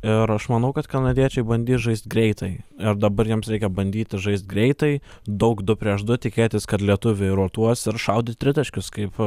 ir aš manau kad kanadiečiai bandys žaist greitai ir dabar jiems reikia bandyti žaist greitai daug du prieš du tikėtis kad lietuviai rotuos ir šaudyt tritaškius kaip